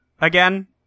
again